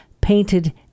painted